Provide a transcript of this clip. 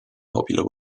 popular